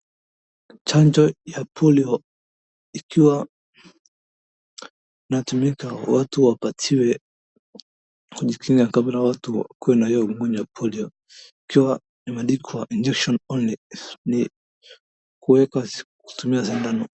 Chanjo ya polio ikiwa inatumika watu wapatiwe kujikinga kabla watu kuwe na huo ugonjwa polio. Ikiwa nimeandikwa injection only , ni kuweka kutumia sindano.